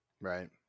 Right